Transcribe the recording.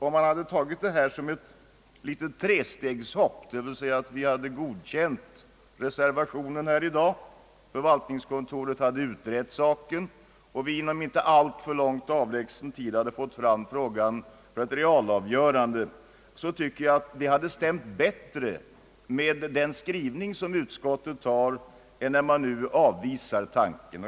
Om man hade tagit det hela som ett litet trestegshopp, låt säga så, att vi hade godkänt reservationen här i dag, att förvaltningskontoret hade utrett saken och att vi inom en inte alltför avlägsen tid hade fått fram frågan till materialavgörande, så tycker jag att det hade stämt bättre med den skrivning som utskottet har, när det nu avvisar tanken.